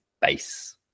base